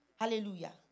Hallelujah